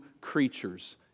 creatures